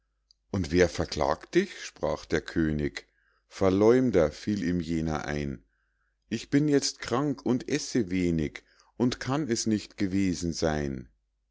und wer verklagt dich sprach der könig verleumder fiel ihm jener ein ich bin jetzt krank und esse wenig und kann es nicht gewesen seyn